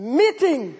meeting